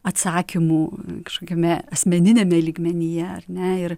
atsakymų kažkokiame asmeniniame lygmenyje ar ne ir